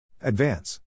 Advance